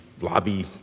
lobby